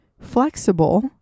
flexible